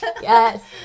Yes